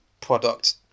product